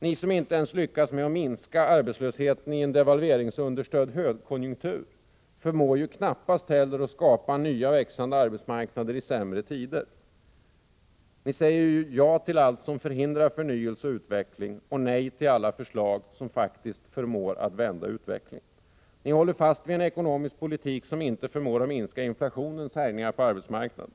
Ni som inte ens lyckats med att minska arbetslösheten i en devalveringsunderstödd högkonjunktur förmår knappast heller skapa nya, växande arbetsmarknader i sämre tider. Ni säger ja till allt som förhindrar förnyelse och utveckling och nej till alla förslag som faktiskt förmår att vända utvecklingen. Oo Ni håller fast vid en ekonomisk politik som inte förmår minska inflationens höjningar på arbetsmarknaden.